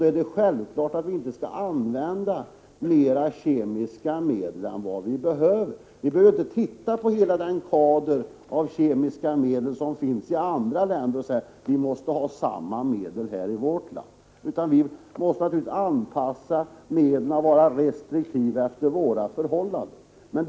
Då är det självklart att vi inte skall använda mer kemiska medel än vi behöver. Vi behöver inte titta på hela den kader av kemiska medel som finns i andra länder och säga att vi måste ha samma medel i vårt land. Vi måste naturligtvis anpassa medlen efter våra förhållanden och vara restriktiva.